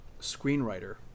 screenwriter